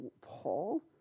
Paul